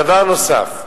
דבר נוסף: